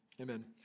Amen